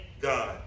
God